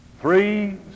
Three